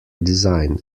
design